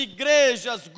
Igrejas